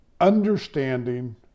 Understanding